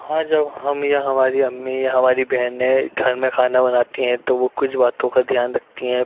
ہاں جب ہم یا ہماری امی یا ہماری بہنیں گھر میں کھانا بناتی ہیں تو وہ کچھ باتوں کا دھیان رکھتی ہیں